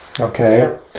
Okay